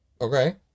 Okay